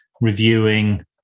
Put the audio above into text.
reviewing